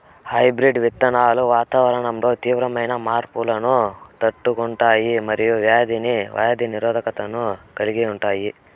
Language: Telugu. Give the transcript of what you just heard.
హైబ్రిడ్ విత్తనాలు వాతావరణంలో తీవ్రమైన మార్పులను తట్టుకుంటాయి మరియు వ్యాధి నిరోధకతను కలిగి ఉంటాయి